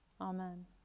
Amen